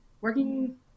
working